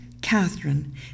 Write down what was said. Catherine